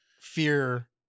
fear